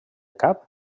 cap